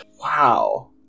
Wow